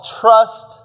Trust